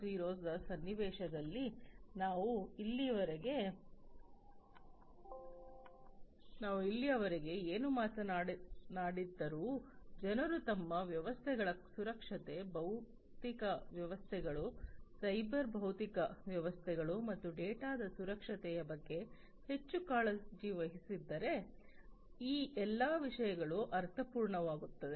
0 ರ ಸನ್ನಿವೇಶದಲ್ಲಿ ನಾವು ಇಲ್ಲಿಯವರೆಗೆ ಏನು ಮಾತನಾಡಿದ್ದರೂ ಜನರು ತಮ್ಮ ವ್ಯವಸ್ಥೆಗಳ ಸುರಕ್ಷತೆ ಭೌತಿಕ ವ್ಯವಸ್ಥೆಗಳು ಸೈಬರ್ ಭೌತಿಕ ವ್ಯವಸ್ಥೆಗಳು ಮತ್ತು ಡೇಟಾದ ಸುರಕ್ಷತೆಯ ಬಗ್ಗೆ ಹೆಚ್ಚು ಕಾಳಜಿ ವಹಿಸದಿದ್ದರೆ ಈ ಎಲ್ಲ ವಿಷಯಗಳು ಅರ್ಥಪೂರ್ಣವಾಗುತ್ತವೆ